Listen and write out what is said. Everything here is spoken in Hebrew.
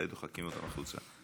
די דוחקים אותם החוצה.